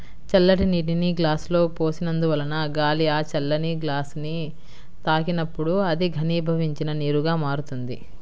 చల్లటి నీటిని గ్లాసులో పోసినందువలన గాలి ఆ చల్లని గ్లాసుని తాకినప్పుడు అది ఘనీభవించిన నీరుగా మారుతుంది